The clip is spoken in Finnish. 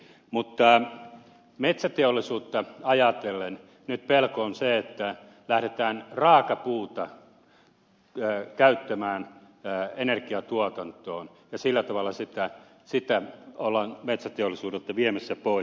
mutta metsäteollisuutta ajatellen nyt pelko on se että lähdetään raakapuuta käyttämään energiatuotantoon ja sillä tavalla sitä ollaan metsäteollisuudelta viemässä pois